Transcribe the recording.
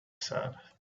said